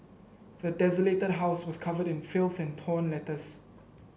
the desolated house was covered in filth and torn letters